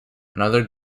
another